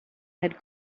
had